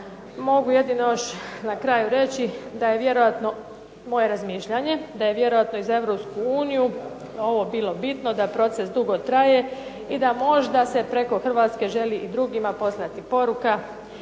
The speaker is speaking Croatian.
Mogu jedino još na kraju reći da je vjerojatno, moje razmišljanje, da je vjerojatno i za Europsku uniju ovo bilo bitno da proces dugo traje i da možda se preko Hrvatske želi i drugima poslati poruka,